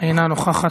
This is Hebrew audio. אינה נוכחת.